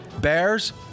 Bears